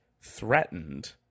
threatened